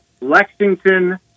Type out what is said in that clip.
Lexington